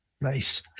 Nice